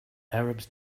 arabs